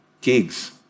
gigs